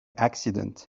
accident